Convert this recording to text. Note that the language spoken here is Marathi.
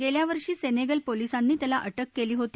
गेल्यावर्षी सेनेगल पोलिसांनी त्याला अटक केली होती